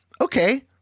Okay